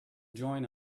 join